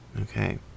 Okay